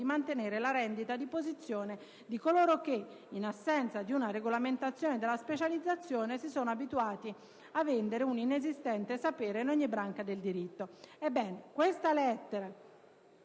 di mantenere la rendita di posizione di coloro che, in assenza di una regolamentazione della specializzazione, si sono abituati a vendere un inesistente sapere in ogni branca del diritto».